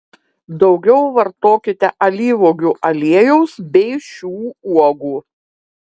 daugiau vartokite alyvuogių aliejaus bei šių uogų